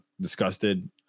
disgusted